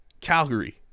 Calgary